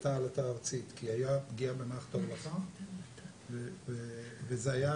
הייתה עלטה ארצית כי היה פגיעה במערכת ההולכה וזה היה